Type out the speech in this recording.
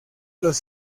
los